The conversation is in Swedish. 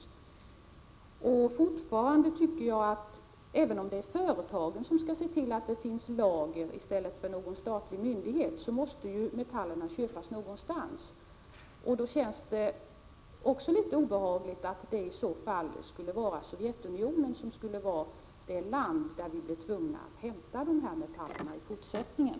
Även om det är företagen och inte någon statlig myndighet som skall se till att det finns lager, måste metallerna köpas någonstans. Det känns då litet obehagligt om Sovjetunionen är det land där Sverige är tvunget att hämta dessa metaller i fortsättningen.